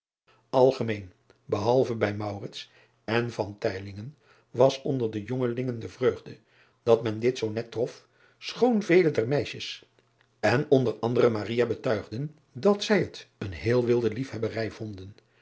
lgemeen behalve bij en was onder de jongelingen de vreugde dat men dit zoo net trof schoon vele der meisjes en onder andere betuigden dat zij het een heele wilde liefhebberij vonden